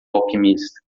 alquimista